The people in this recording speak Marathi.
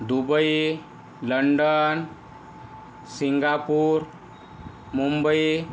Dubai London Singapore Mumbai